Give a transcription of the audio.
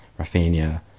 Rafinha